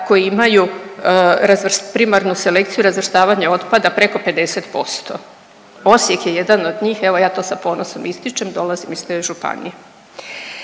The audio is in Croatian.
koji imaju primarnu selekciju razvrstavanja otpada preko 50%, Osijek je jedan od njih, evo ja to sa ponosom ističem, dolazim iz te županije.